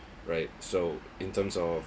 right so in terms of